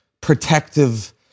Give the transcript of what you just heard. protective